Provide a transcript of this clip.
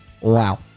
Wow